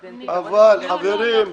חברים,